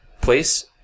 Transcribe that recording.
place